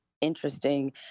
interesting